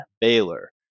Baylor